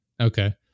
Okay